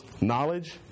knowledge